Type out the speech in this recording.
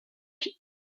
nocifs